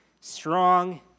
strong